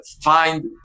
find